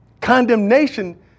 Condemnation